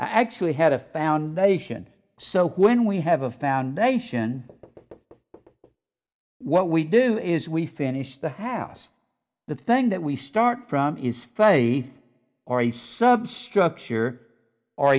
actually had a foundation so when we have a foundation what we do is we finish the house the thing that we start from is faith or a substructure or